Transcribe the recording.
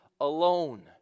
alone